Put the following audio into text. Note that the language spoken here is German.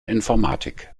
informatik